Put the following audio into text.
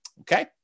okay